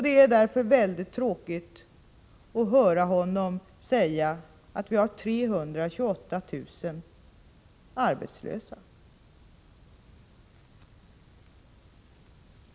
Det är därför väldigt tråkigt att höra Alf Wennerfors säga att vi har 328 000 arbetslösa.